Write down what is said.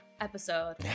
episode